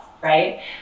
right